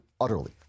utterly